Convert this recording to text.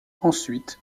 ensuite